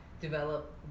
develop